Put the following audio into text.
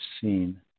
seen